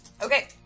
Okay